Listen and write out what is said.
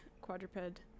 quadruped